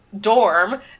dorm